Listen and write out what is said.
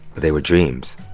they were dreams.